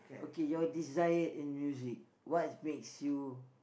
okay your desire in music what makes you